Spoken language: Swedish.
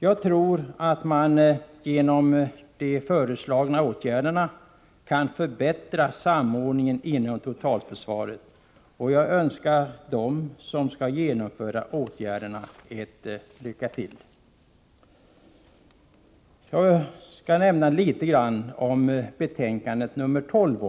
Jag tror att man genom de föreslagna åtgärderna kan förbättra samordningen inom totalförsvaret, och jag önskar dem som skall genomföra åtgärderna lycka till. Jag skall även nämna något om försvarsutskottets betänkande 12.